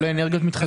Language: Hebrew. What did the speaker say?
או לאנרגיות מתחדשות.